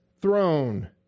throne